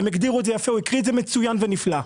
הוא הקריא את זה מצוין ונפלא.